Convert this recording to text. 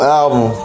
album